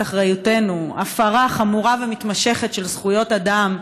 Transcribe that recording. אחריותנו הפרה חמורה ומתמשכת של זכויות אדם,